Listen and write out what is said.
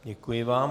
Děkuji vám.